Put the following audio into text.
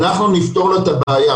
אנחנו נפתור לו את הבעיה.